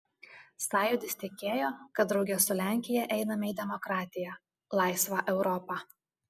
sąjūdis tikėjo kad drauge su lenkija einame į demokratiją laisvą europą